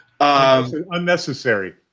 unnecessary